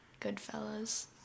Goodfellas